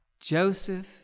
Joseph